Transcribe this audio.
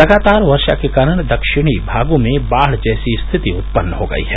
लगातार वर्षा के कारण दक्षिणी भागों में बाढ़ जैसी स्थिति उत्पन्न हो गई है